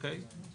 אוקיי?